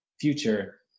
future